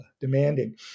demanding